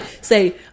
say